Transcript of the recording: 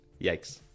Yikes